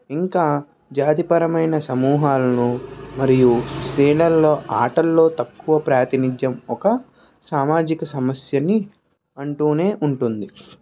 ఇంకా జాతిపరమైన సమూహాలను మరియు స్త్రీలల్లో ఆటల్లో తక్కువ ప్రాతినిధ్యం ఒక సామాజిక సమస్యని అంటూనే ఉంటుంది